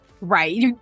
Right